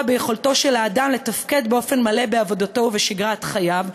ביכולתו של האדם לתפקד באופן מלא בעבודתו ובשגרת חייו,